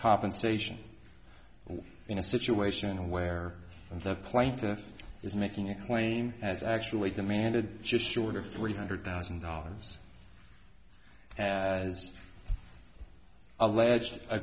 compensation in a situation where the plaintiff is making a claim has actually demanded just short of three hundred thousand dollars as alleged a